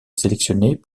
sélectionnés